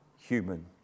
human